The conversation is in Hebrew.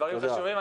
דברים חשובים.